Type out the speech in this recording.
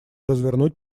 развернуть